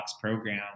program